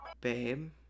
babe